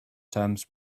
terms